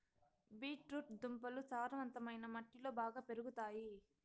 beet root దుంపలు సారవంతమైన మట్టిలో బాగా పెరుగుతాయి